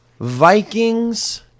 Vikings